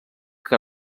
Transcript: que